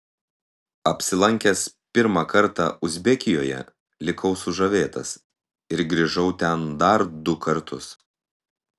apsilankęs pirmą kartą uzbekijoje likau sužavėtas ir grįžau ten dar du kartus